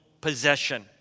possession